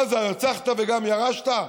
מה זה, הרצחת וגם ירשת?